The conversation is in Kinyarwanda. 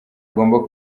agomba